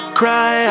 cry